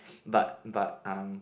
but but um